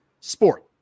sport